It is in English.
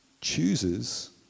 chooses